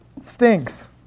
stinks